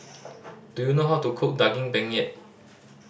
do you know how to cook Daging Penyet